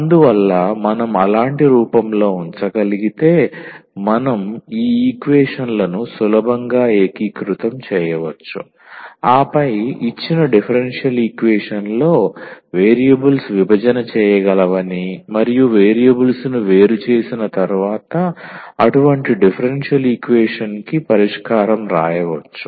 అందువల్ల మనం అలాంటి రూపంలో ఉంచగలిగితే మనం ఈ ఈక్వేషన్ లను సులభంగా ఏకీకృతం చేయవచ్చు ఆపై ఇచ్చిన డిఫరెన్షియల్ ఈక్వేషన్లో వేరియబుల్స్ విభజన చేయగలవని మరియు వేరియబుల్స్ ను వేరు చేసిన తర్వాత అటువంటి డిఫరెన్షియల్ ఈక్వేషన్కి పరిష్కారం రాయవచ్చు